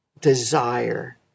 desire